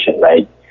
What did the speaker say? right